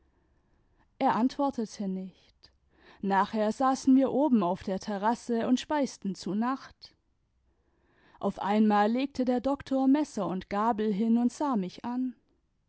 er antwortete nicht nachher saßen wir oben auf der terrasse und speisten zu nacht auf einmal legte der doktor messer und gabel hin und sah mich an